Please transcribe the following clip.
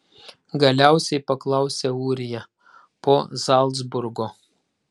galiausiai paklausė ūrija po zalcburgo